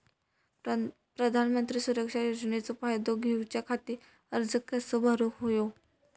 प्रधानमंत्री सुरक्षा योजनेचो फायदो घेऊच्या खाती अर्ज कसो भरुक होयो?